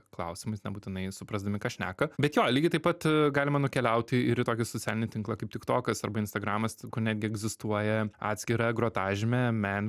klausimais nebūtinai suprasdami ką šneka bet jo lygiai taip pat galima nukeliauti ir į tokį socialinį tinklą kaip tiktokas arba instagramas kur netgi egzistuoja atskira grotažymė men